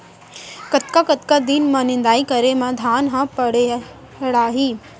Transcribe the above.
कतका कतका दिन म निदाई करे म धान ह पेड़ाही?